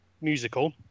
musical